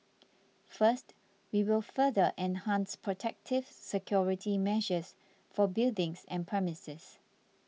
first we will further enhance protective security measures for buildings and premises